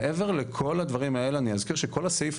מעבר לכל הדברים האלה אני אזכיר שכל הסעיף